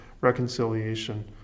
reconciliation